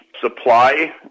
supply